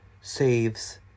saves